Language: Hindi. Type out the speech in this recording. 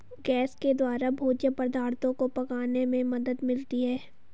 गैस के द्वारा भोज्य पदार्थो को पकाने में मदद मिलती है